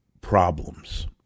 problems